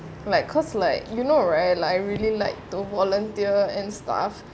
like cause like you know right like I really like to volunteer and stuff